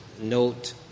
note